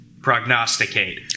Prognosticate